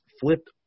flipped